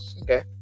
okay